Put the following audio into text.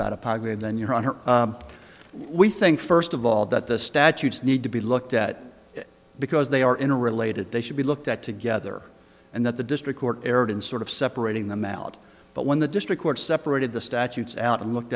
about a partner then you're on her we think first of all that the statutes need to be looked at because they are interrelated they should be looked at together and that the district court erred in sort of separating them out but when the district court separated the statutes out and looked